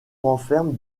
renferme